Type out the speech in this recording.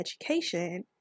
education